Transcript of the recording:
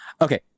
Okay